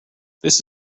this